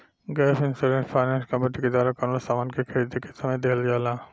gap insurance finance company के द्वारा कवनो सामान के खरीदें के समय दीहल जाला